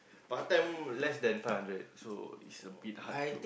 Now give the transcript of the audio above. part time less than five hundred so it's a bit hard to